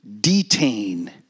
detain